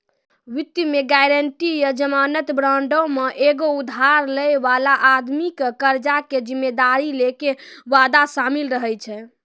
वित्त मे गायरंटी या जमानत बांडो मे एगो उधार लै बाला आदमी के कर्जा के जिम्मेदारी लै के वादा शामिल रहै छै